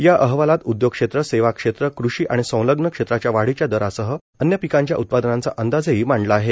या अहवालात उदयोग क्षेत्र सेवा क्षेत्र कृषी आणि संलग्न क्षेत्राच्या वाढीच्या दरासह अन्य पीकांच्या उत्पादनांचा अंदाजही मांडला आहे